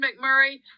mcmurray